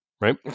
right